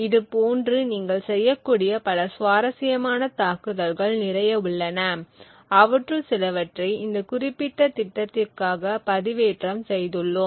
இது போன்று நீங்கள் செய்யக்கூடிய பல சுவாரசியமான தாக்குதல்கள் நிறைய உள்ளன அவற்றுள் சிலவற்றை இந்த குறிப்பிட்ட திட்டத்திற்காக பதிவேற்றம் செய்துள்ளோம்